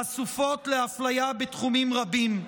חשופות לאפליה בתחומים רבים,